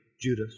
Judas